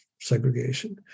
segregation